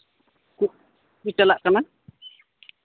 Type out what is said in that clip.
ᱠᱚ ᱪᱟᱞᱟᱜ ᱠᱟᱱᱟ